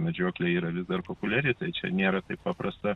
medžioklė yra vis dar populiari tai čia nėra taip paprasta